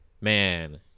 man